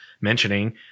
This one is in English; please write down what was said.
mentioning